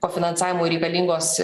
kofinansavimui reikalingos